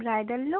bridal look